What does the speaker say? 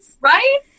right